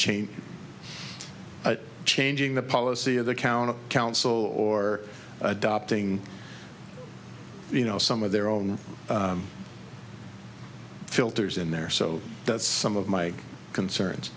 change but changing the policy of the county council or adopting you know some of their own filters in there so that some of my concerns